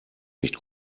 riecht